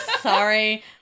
sorry